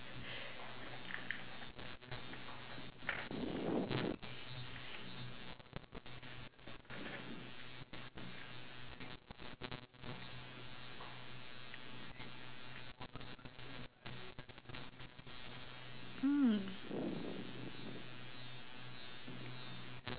hmm